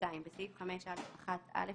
(2)בסעיף 5א1(א),